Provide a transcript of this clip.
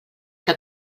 que